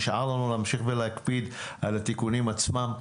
נשאר לנו להמשיך ולהקפיד על התיקונים עצמם.